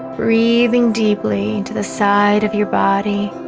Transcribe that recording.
breathing deeply into the side of your body